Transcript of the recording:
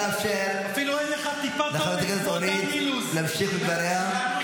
נא לאפשר לחברת הכנסת אורית להמשיך בדבריה.